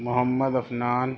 Muhammad Afnan